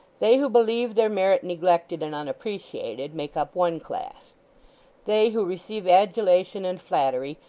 they who believe their merit neglected and unappreciated, make up one class they who receive adulation and flattery,